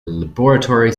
laboratory